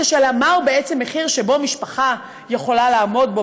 מהו בעצם מחיר שמשפחה יכולה לעמוד בו,